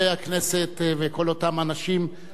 ואת כל אותם אנשים אשר קיבלו הזמנה,